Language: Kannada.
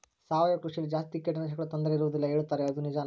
ಸಾವಯವ ಕೃಷಿಯಲ್ಲಿ ಜಾಸ್ತಿ ಕೇಟನಾಶಕಗಳ ತೊಂದರೆ ಇರುವದಿಲ್ಲ ಹೇಳುತ್ತಾರೆ ಅದು ನಿಜಾನಾ?